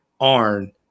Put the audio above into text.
Arn